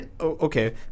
Okay